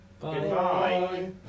Goodbye